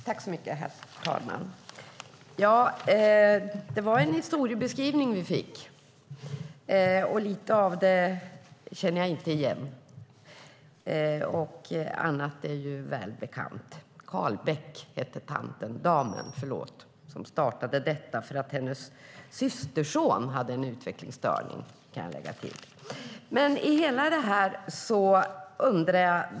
Herr talman! Vi fick en historiebeskrivning. En del av den känner jag inte igen, annat är välbekant. Carlbeck hette damen som startade detta för att hennes systerson hade en utvecklingsstörning.